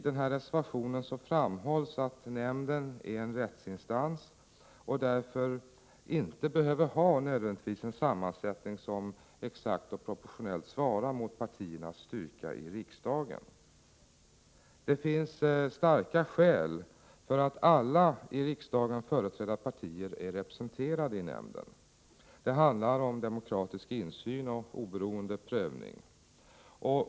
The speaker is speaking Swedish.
I reservationen framhålls att nämnden är en rättsinstans och därför inte nödvändigtvis behöver ha en sammansättning som exakt och proportionellt svarar mot partiernas styrka i riksdagen. Det finns starka skäl för att alla i riksdagen företrädda partier är representerade i nämnden. Det handlar om demokratisk insyn och oberoende prövning.